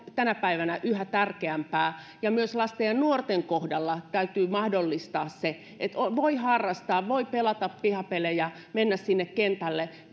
tänä päivänä yhä tärkeämpiä ja myös lasten ja nuorten kohdalla täytyy mahdollistaa se että voi harrastaa voi pelata pihapelejä mennä sinne kentälle